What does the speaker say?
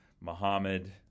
Muhammad